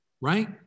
Right